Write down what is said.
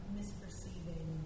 misperceiving